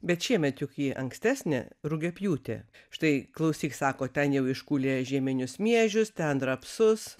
bet šiemet juk ji ankstesnė rugiapjūtė štai klausyk sako ten jau iškūlė žieminius miežius ten rapsus